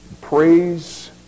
praise